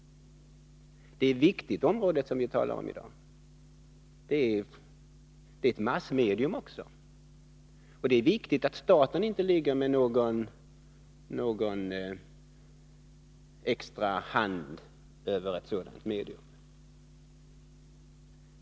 Det är ett viktigt område som vi behandlar här i dag. Det gäller ju också ett massmedium, och det är viktigt att staten inte lägger någon extra hand över ett sådant medium.